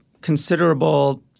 considerable